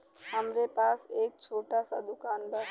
हमरे पास एक छोट स दुकान बा